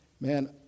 Man